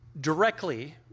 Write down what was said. directly